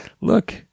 Look